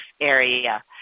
area